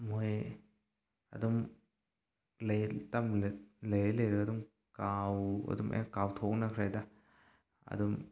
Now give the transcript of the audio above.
ꯃꯣꯏ ꯑꯗꯨꯝ ꯂꯩꯔ ꯂꯩꯔ ꯑꯗꯨꯝ ꯑꯗꯨꯝꯃꯥꯏꯅ ꯀꯥꯎꯊꯣꯛꯅꯈ꯭ꯔꯦꯗ ꯑꯗꯨꯝ